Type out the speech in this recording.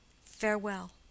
farewell